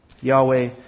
Yahweh